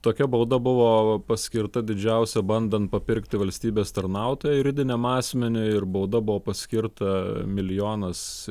tokia bauda buvo paskirta didžiausia bandant papirkti valstybės tarnautoją juridiniam asmeniui ir bauda buvo paskirta milijonas